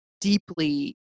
deeply